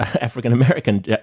African-American